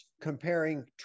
comparing